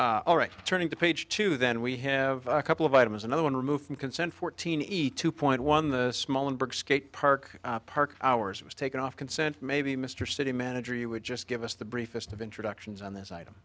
all right turning to page two then we have a couple of items another one remove from consent fourteen eat two point one the small and big skate park park hours was taken off consent maybe mr city manager you would just give us the briefest of introductions on this item